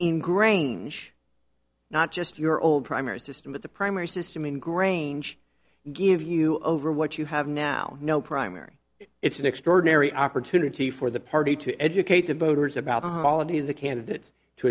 in grange not just your old primary system but the primary system in grange give you over what you have now no primary it's an extraordinary opportunity for the party to educate the voters about the holiday of the candidate to